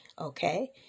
okay